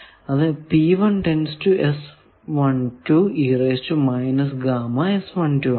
അത് ആണ്